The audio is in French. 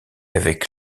avec